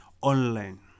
online